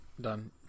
done